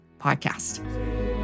Podcast